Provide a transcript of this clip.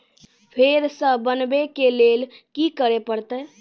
फेर सॅ बनबै के लेल की करे परतै?